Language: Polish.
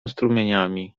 strumieniami